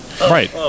right